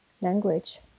language